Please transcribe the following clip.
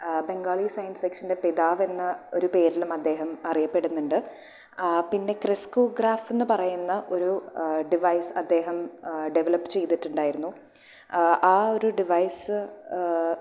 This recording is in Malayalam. ബംഗാളി സയൻസ് സെക്ഷൻറെ പിതാവ് എന്ന ഒരു പേരിലും അദ്ദേഹം അറിയപ്പെടുന്നുണ്ട് പിന്നെ ക്രക്സോഗ്രാഫ് എന്നുപറയുന്ന ഒരു ഡിവൈസ് അദ്ദേഹം ഡെവലപ്പ് ചെയ്തിട്ടുണ്ടായിരുന്നു ആ ഒരു ഡിവൈസ്